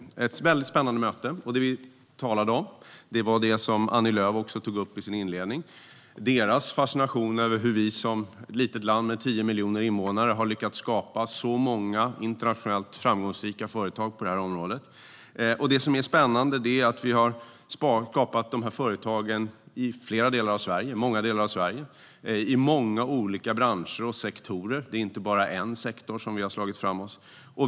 Det var ett väldigt spännande möte där vi talade om det som Annie Lööf tog upp i sin inledning - deras fascination över hur vi som ett litet land med 10 miljoner invånare har lyckats skapa så många internationellt framgångsrika företag på detta område. Det spännande är att vi skapat dessa företag i flera delar av Sverige och i många olika branscher och sektorer - det är inte bara i en sektor som vi slagit oss fram.